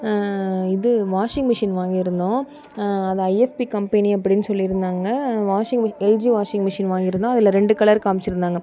இது washing machine வாங்கிஇருந்தோம் அது ஐஎஃப்பி கம்பெனி அப்படினு சொல்லி இருந்தாங்க washing machine LG washing machine வாங்கிஇருந்தோம் அதில் ரெண்டு கலர் காம்ச்சுருந்தாங்க